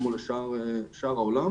כמו לשאר העולם.